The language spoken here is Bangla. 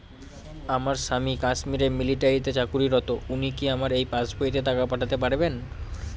আমার স্বামী কাশ্মীরে মিলিটারিতে চাকুরিরত উনি কি আমার এই পাসবইতে টাকা পাঠাতে পারবেন?